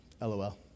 LOL